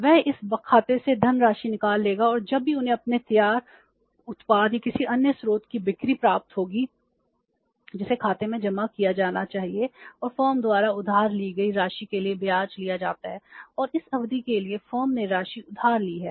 वह इस खाते से धनराशि निकाल लेगा और जब भी उन्हें अपने तैयार उत्पाद या किसी अन्य स्रोत की बिक्री प्राप्त होगी जिसे खाते में जमा किया जाना चाहिए और फर्म द्वारा उधार ली गई राशि के लिए ब्याज लिया जाता है और इस अवधि के लिए फर्म ने राशि उधार ली है